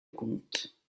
comte